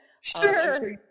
Sure